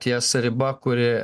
ties riba kuri